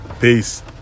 Peace